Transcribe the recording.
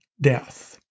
death